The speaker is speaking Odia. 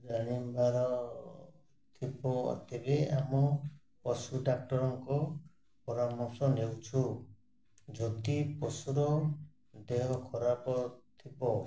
ଜଣିବାର ଥିବ ତେବେ ଆମ ପଶୁ ଡାକ୍ଟରଙ୍କ ପରାମର୍ଶ ନେଉଛୁ ଯଦି ପଶୁର ଦେହ ଖରାପ ଥିବ